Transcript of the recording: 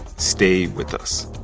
stay with us